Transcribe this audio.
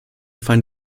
find